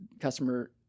customer